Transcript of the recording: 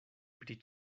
pri